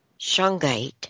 Shungite